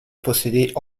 posséder